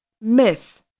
myth